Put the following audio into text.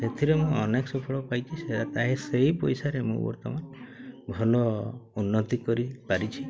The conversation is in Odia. ସେଥିରେ ମୁଁ ଅନେକ ସଫଳ ପାଇଛି ସେଇ ପଇସାରେ ମୁଁ ବର୍ତ୍ତମାନ ଭଲ ଉନ୍ନତି କରିପାରିଛି